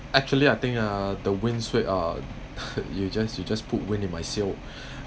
actually I think uh the wind swi~ uh you just you just put wind in my sail